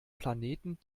planeten